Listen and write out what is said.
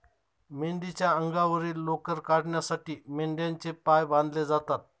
मेंढीच्या अंगावरील लोकर काढण्यासाठी मेंढ्यांचे पाय बांधले जातात